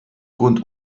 grund